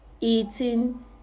eating